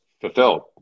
fulfilled